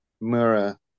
mirror